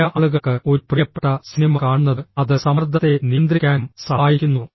ചില ആളുകൾക്ക് ഒരു പ്രിയപ്പെട്ട സിനിമ കാണുന്നത് അത് സമ്മർദ്ദത്തെ നിയന്ത്രിക്കാനും സഹായിക്കുന്നു